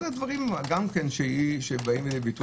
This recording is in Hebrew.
אחד הדברים שבאים לידי ביטוי